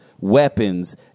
weapons